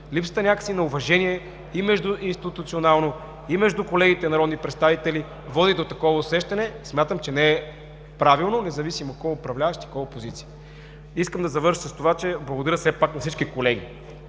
липсата на уважение – и междуинституционално, и между колегите народни представители, води до такова усещане. Смятам, че не е правилно, независимо кой е управляващ и кой е опозиция. Искам да завърша с това, че благодаря все пак на всички колеги.